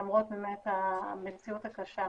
למרות באמת המציאות הקשה.